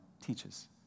teaches